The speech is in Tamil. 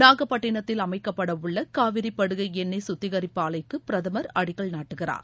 நாகப்பட்டினத்தில் அமைக்கப்படவுள்ள காவிரிப் படுகை எண்ணெய் கத்திகரிப்பு ஆலைக்கு பிரதமர் அடிக்கல் நாட்டுகிறார்